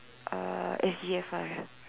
uh S_G F I